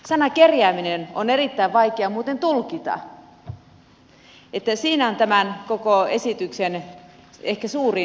sana kerjääminen on erittäin vaikea muuten tulkita niin että siinä on tämän koko esityksen ehkä suurin ongelma